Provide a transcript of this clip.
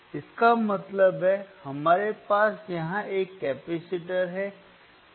इसका मतलब है हमारे पास यहां एक कैपेसिटर है